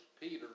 Peter